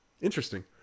Interesting